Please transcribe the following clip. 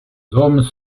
hommes